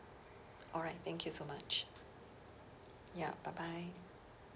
alright thank you so much ya bye bye